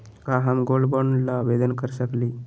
का हम gold bond ल आवेदन कर सकली?